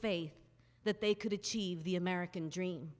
faith that they could achieve the american dream